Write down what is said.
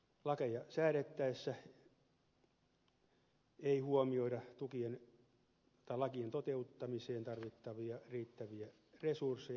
lakeja säädettäessä ei huomioida lakien toteuttamiseen tarvittavia riittäviä resursseja